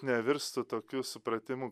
nevirstų tokiu supratimu